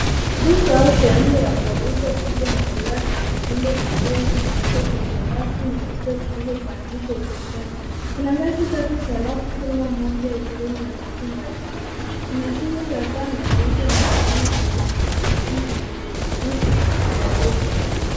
Duka au sehemu ya kuonyesha picha na mitindo zikiwa zimewekwa kwenye rafu nyeupe, zilizopandikwa ukutani kuna ngazi tatu za rafu kila moja ikiwa na vitu mbalimbali. Ina shingo za ngaa zilizoninginia kwenye vivirikishi vyeusi vya velvet.